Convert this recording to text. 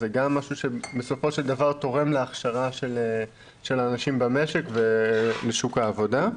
זה גם משהו שבסופו של דבר תורם להכשרה של האנשים במשק ובשוק העבודה.